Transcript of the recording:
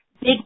big